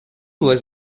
was